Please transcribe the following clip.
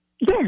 Yes